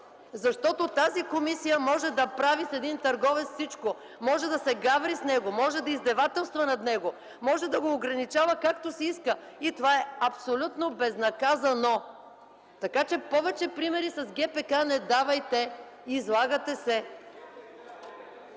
Защото тази комисия може да прави с един търговец всичко – да се гаври с него, да издевателства над него, може да го ограничава както си иска и това е абсолютно безнаказано. Така че повече примери с ГПК не давайте! Излагате се!